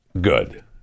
Good